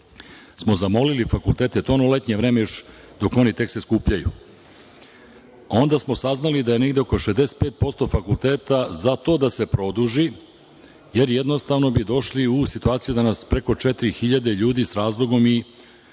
zamolili fakultete, i to u ono letnje vreme, još dok se oni tek skupljaju. Onda smo saznali da je negde oko 65% fakulteta za to da se produži jer jednostavno bi došli u situaciju da nas preko 4.000 ljudi s razlogom i